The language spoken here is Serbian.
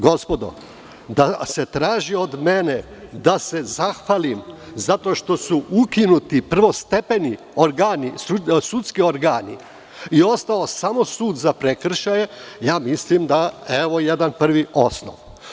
Gospodo, da se traži od mene da se zahvalim zato što su ukinuti prvostepeni sudski organi i ostao samo sud za prekršaje, mislim da je to jedan prvi osnov.